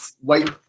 white